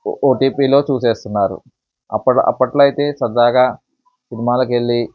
ఓటీపీలో చూసేస్తున్నారు అప్ప అప్పట్లో అయితే సరదాగా సినిమాలకి వెళ్ళి